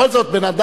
בכל זאת בן-אדם,